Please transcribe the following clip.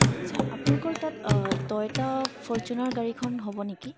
আচ্ছা আপোনালোকৰ তাত টয়'টা ফৰ্চুনাৰ গাড়ীখন হ'ব নেকি